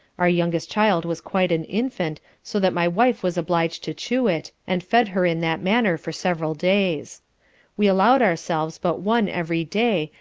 our youngest child was quite an infant so that my wife was obliged to chew it, and fed her in that manner for several days we allowed ourselves but one every day,